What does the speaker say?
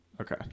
okay